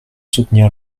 soutenir